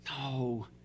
No